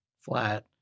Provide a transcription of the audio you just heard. flat